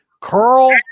Carl